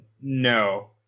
No